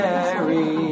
Mary